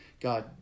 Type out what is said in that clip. God